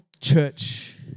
church